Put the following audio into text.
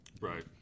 right